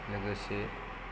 लोगोसे